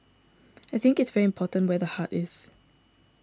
I think it's very important where the heart is